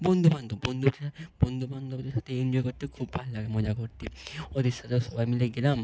বন্ধুবান্ধব বন্ধু বন্ধুবান্ধবদের সাথে এনজয় করতে খুব ভালো লাগে মজা করতে ওদের সাথেও সবাই মিলে গেলাম